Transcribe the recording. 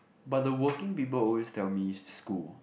but the working people always tell me school